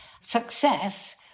success